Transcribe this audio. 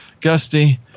Gusty